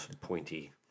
pointy